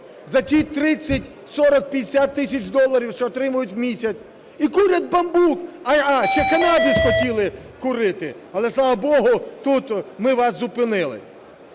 за ті 30, 40, 50 тисяч доларів, що отримують у місяць, і курять бамбук. А, ще канабіс хотіли курити, але слава богу, тут ми вас зупинили.